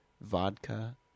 vodka